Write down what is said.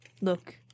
look